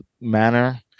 manner